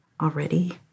already